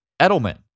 Edelman